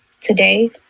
Today